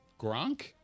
Gronk